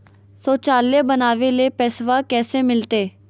शौचालय बनावे ले पैसबा कैसे मिलते?